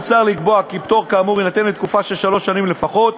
מוצע לקבוע כי פטור כאמור יינתן לתקופה של שלוש שנים לפחות,